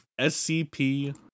SCP